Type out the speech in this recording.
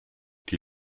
die